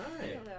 Hi